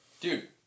dude